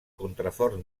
contrafort